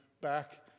back